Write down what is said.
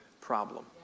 problem